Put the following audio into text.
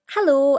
Hello